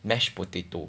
mashed potato